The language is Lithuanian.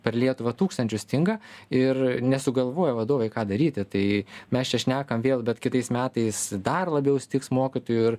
per lietuvą tūkstančio stinga ir nesugalvoja vadovai ką daryti tai mes čia šnekam vėl bet kitais metais dar labiau stigs mokytojų ir